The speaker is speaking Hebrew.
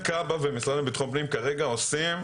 לכן כב"ה והמשרד לביטחון הפנים עושים כרגע